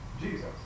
Jesus